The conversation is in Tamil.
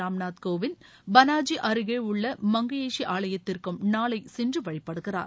ராம்நாத் கோவிந்த் பனாஜி அருகே உள்ள மங்குயேஷி ஆலயத்திற்கும் நாளை சென்று வழிபடுகிறார்